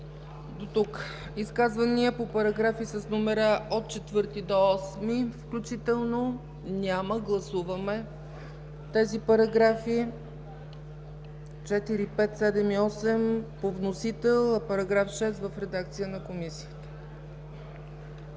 Изказвания по параграфи с номера от 4 до 8 включително? Няма. Гласуваме тези параграфи – 4, 5, 7 и 8 по вносител, а § 6 – в редакцията на Комисията.